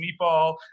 meatball